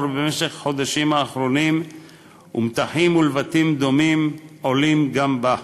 בחודשים האחרונים ומתחים ולבטים דומים עולים גם בה.